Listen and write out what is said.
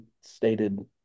stated